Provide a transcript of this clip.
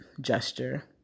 gesture